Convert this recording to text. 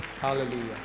Hallelujah